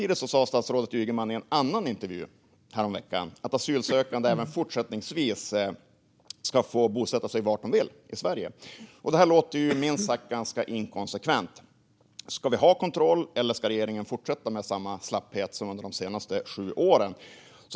Dock sa statsrådet Ygeman i en annan intervju häromveckan att asylsökande även fortsättningsvis ska få bosätta sig var de vill i Sverige. Det här låter ju minst sagt ganska inkonsekvent. Ska vi ha kontroll, eller ska regeringen fortsätta med samma slapphet som under de senaste sju åren?